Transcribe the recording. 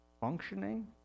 functioning